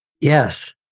yes